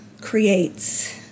creates